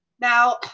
Now